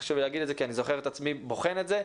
חשוב לי להגיד את זה כי אני זוכר את עצמי בוחן את זה,